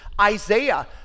Isaiah